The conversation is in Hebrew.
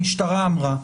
המשטרה אמרה.